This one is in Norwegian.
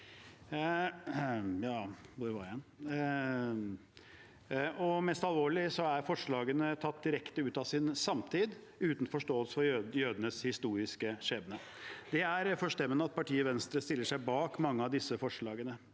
Mest alvorlig er forslagene tatt direkte ut av sin samtid, uten forståelse for jødenes historiske skjebne. Det er forstemmende at partiet Venstre stiller seg bak mange av disse forslagene.